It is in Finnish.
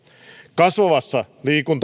kasvavassa